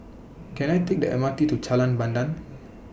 Can I Take The M R T to Jalan Pandan